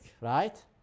right